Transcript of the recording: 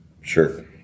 Sure